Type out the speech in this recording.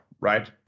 right